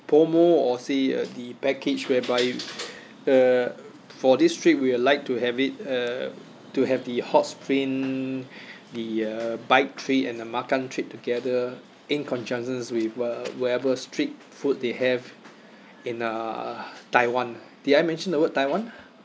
promo or say uh the package whereby uh for this trip we'd like to have it uh to have the hot spring the uh bike trip and the makan trip together in conjunction with uh whatever street food they have in uh taiwan did I mention the word taiwan